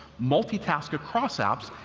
multitask across apps,